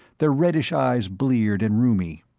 their reddish eyes bleared and rheumy.